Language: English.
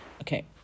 Okay